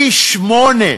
פי-שמונה,